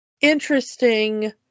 interesting